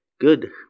Good